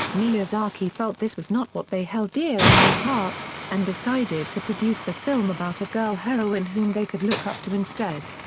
miyazaki felt this was not what they held dear in their hearts and decided to produce the film about a girl heroine whom they could look up to instead.